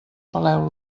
peleu